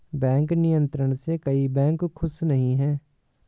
bank नियंत्रण से कई बैंक खुश नही हैं